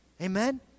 Amen